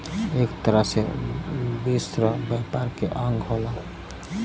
एक तरह से विश्व व्यापार के अंग होला